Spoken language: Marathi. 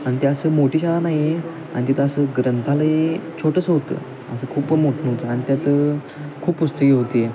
आणि ते असं मोठी शाळा नाही आहे आणि तिथं असं ग्रंथालय छोटंसं होतं असं खूप मोठं नव्हतं आणि त्यात खूप पुस्तके होती